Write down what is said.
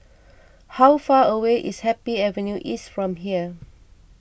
how far away is Happy Avenue East from here